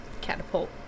Catapult